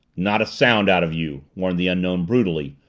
not a sound out of you! warned the unknown brutally,